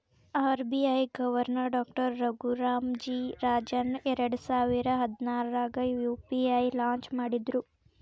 RBI governor doctor Raghuram G Rajan ಎರಡಸಾವಿರ ಹದ್ನಾರಾಗ UPI launch ಮಾಡಿದ್ರು